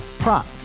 Prop